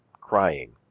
crying